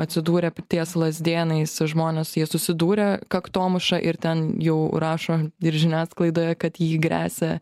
atsidūrė ties lazdėnais žmonės jie susidūrė kaktomuša ir ten jau rašo ir žiniasklaidoje kad jį gresia